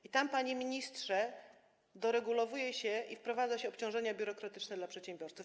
I tam, panie ministrze, doregulowuje się, wprowadza się obciążenia biurokratyczne dla przedsiębiorców.